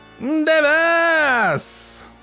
Davis